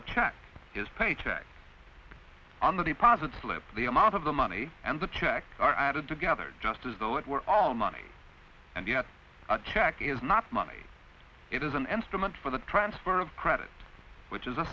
check his paycheck on the deposit slip the amount of the money and the check are added together just as though it were all money and yet a check is not money it is an instrument for the transfer of credit which is a